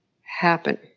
happen